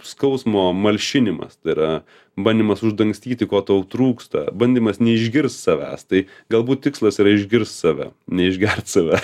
skausmo malšinimas tai yra bandymas uždangstyti ko tau trūksta bandymas neišgirst savęs tai galbūt tikslas yra išgirst save neišgert save